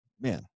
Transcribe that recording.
man